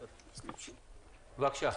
בבקשה,